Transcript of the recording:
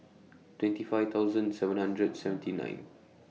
twenty five thousand seven hundred seventy nine